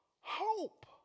hope